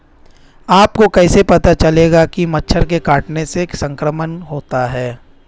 आपको कैसे पता चलेगा कि मच्छर के काटने से संक्रमण होता है?